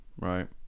right